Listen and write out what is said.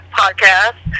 podcast